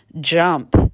jump